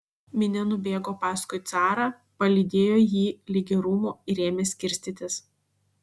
minia nubėgo paskui carą palydėjo jį ligi rūmų ir ėmė skirstytis